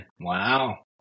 Wow